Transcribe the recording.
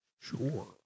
sure